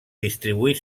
distribuït